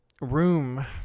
room